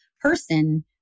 person